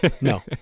No